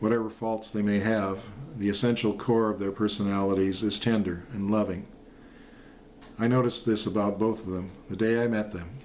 whatever faults they may have the essential core of their personalities is tender and loving i noticed this about both of them the day i met them